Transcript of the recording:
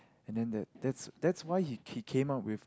and then that that's that's why he came out with